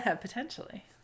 Potentially